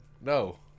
no